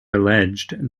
alleged